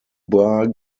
bar